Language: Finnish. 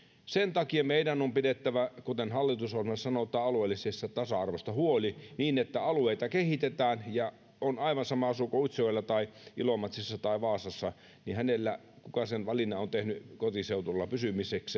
sen takia meidän on pidettävä kuten hallitusohjelmassa sanotaan alueellisesta tasa arvosta huoli niin että alueita kehitetään on aivan sama asuuko utsjoella vai ilomantsissa vai vaasassa niin hänellä kuka valinnan on tehnyt kotiseudulla pysymiseksi